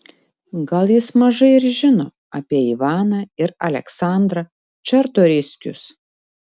gal jis mažai ir žino apie ivaną ir aleksandrą čartoriskius